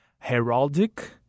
heraldic